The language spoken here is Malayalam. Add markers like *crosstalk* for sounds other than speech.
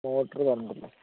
മോട്ടർ പറഞ്ഞ് *unintelligible*